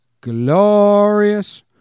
glorious